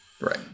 Right